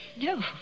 No